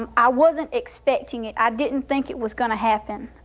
um i wasn't expecting it. i didn't think it was gonna happen.